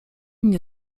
mnie